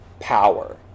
power